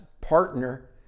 partner